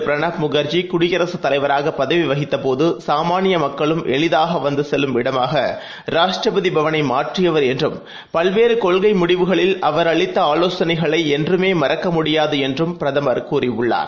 பிரணாப்முகர்ஜிகுடியரசுதலைவராகபதவிவகித்தபோதுசாமான்யமக்களு ம்எளிதாகவந்துசெல்லும்இடமாகராஷ்டிரபதிபவனைமாற்றியவர்என்றும் பல்வேறுகொள்கைமுடிவுகளில்அவர்அளித்தஆலோசனைகளைஎன்றுமேமறக்க முடியாதுஎன்றும்பிரதமர்கூறியுள்ளார்